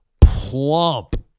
plump